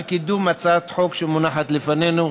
על קידום הצעת החוק שמונחת לפנינו.